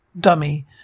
dummy